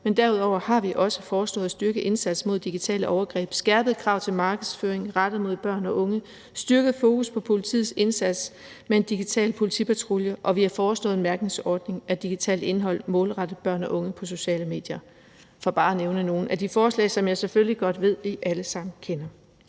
men derudover har vi også foreslået at styrke indsatsen mod digitale overgreb, skærpede krav til markedsføring rettet mod børn og unge, styrket fokus på politiets indsats med en digital politipatrulje, og vi har foreslået en mærkningsordning af digitalt indhold målrettet børn og unge på sociale medier – for bare at nævne nogle af de forslag, som jeg selvfølgelig godt ved vi alle sammen kender.